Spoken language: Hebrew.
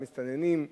מסתננים.